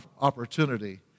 opportunity